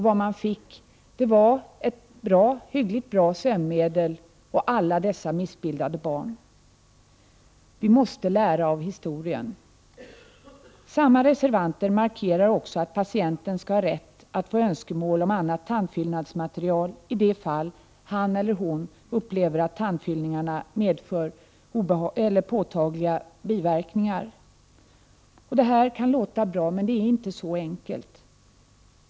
Vad man fick var ett någorlunda bra sömnmedel och alla dessa missbildade barn. Vi måste lära av historien. Samma reservanter markerar också att patienten skall ha rätt att få önskemål om annat tandfyllnadsmaterial respekterat i de fall han eller hon upplever att tandfyllningarna medför påtagliga biverkningar. Det här kan låta bra, men det är inte så enkelt.